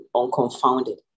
unconfounded